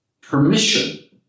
permission